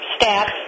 staff